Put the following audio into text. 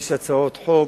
יש הצעות חוק,